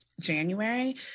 January